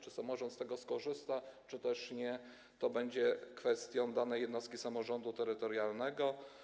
Czy samorząd z tego skorzysta, czy też nie, to będzie leżeć w gestii danej jednostki samorządu terytorialnego.